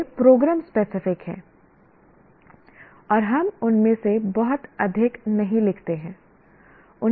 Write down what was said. वे program specific हैं और हम उनमें से बहुत अधिक नहीं लिखते हैं